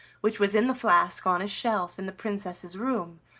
which was in the flask on a shelf in the princess's room,